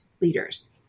leaders